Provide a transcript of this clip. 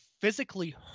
physically